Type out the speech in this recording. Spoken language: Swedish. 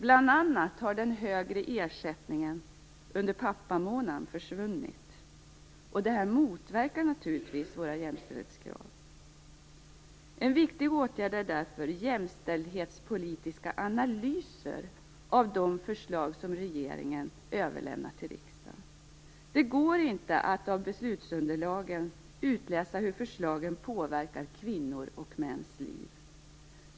Bl.a. har den högre ersättningen under pappamånaden försvunnit. Detta motverkar naturligtvis våra jämställdhetskrav. En viktig åtgärd är därför jämställdhetspolitiska analyser av de förslag som regeringen överlämnar till riksdagen. Det går inte att av beslutsunderlagen utläsa hur förslagen påverkar kvinnors och mäns liv.